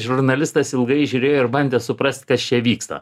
žurnalistas ilgai žiūrėjo ir bandė suprast kas čia vyksta